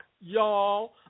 y'all